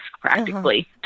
practically